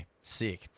sick